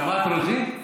שמעת רוזין?